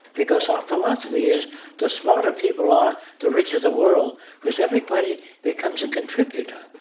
because our philosophy is the smarter people are the richer the world because everybody becomes a contributor.